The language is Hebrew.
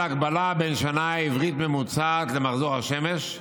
הקבלה בין שנה עברית ממוצעת למחזור השמש.